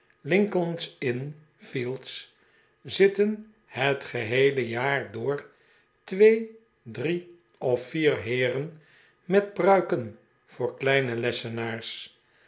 lincolns inn fields zitten het geheele jaar door twee drie of vier heeren met pruiken voor kleine lessenaars